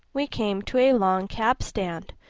we came to a long cab stand,